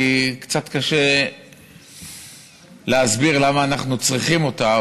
קצת קשה להסביר למה אנחנו צריכים אותה,